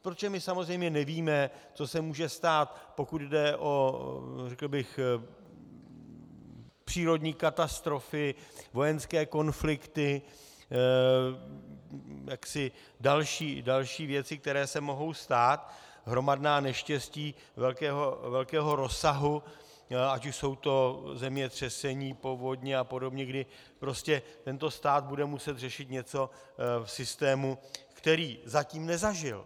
Protože my samozřejmě nevíme, co se může stát, pokud jde o přírodní katastrofy, vojenské konflikty, další věci, které se mohou stát, hromadná neštěstí velkého rozsahu, ať už jsou to zemětřesení, povodně apod., kdy prostě tento stát bude muset řešit něco v systému, který zatím nezažil.